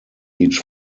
each